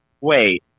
Wait